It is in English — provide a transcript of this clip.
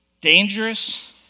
dangerous